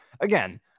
again